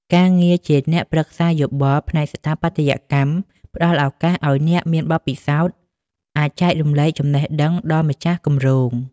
ការងារជាអ្នកប្រឹក្សាយោបល់ផ្នែកស្ថាបត្យកម្ម ផ្ដល់ឱកាសឱ្យអ្នកមានបទពិសោធន៍អាចចែករំលែកចំណេះដឹងដល់ម្ចាស់គម្រោង។